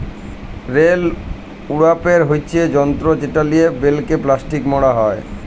bell উড়াপের হচ্যে যন্ত্র যেটা লিয়ে বেলকে প্লাস্টিকে মড়া হ্যয়